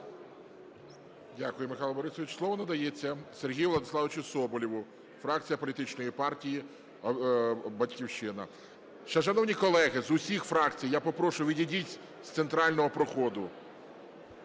Дякую, Михайло Борисович. Слово надається Сергію Владиславовичу Соболєву, фракція політичної партії "Батьківщина". Шановні колеги з усіх фракцій, я попрошу відійдіть з центрального проходу.